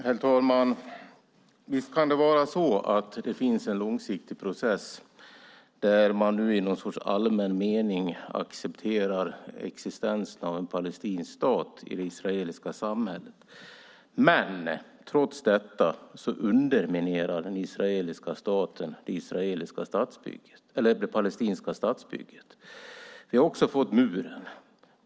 Herr talman! Visst kan det vara så att det finns en långsiktig process där man i någon sorts allmän mening accepterar existensen av en palestinsk stat i det israeliska samhället. Trots detta underminerar dock den israeliska staten det palestinska statsbygget. Vi har också fått muren.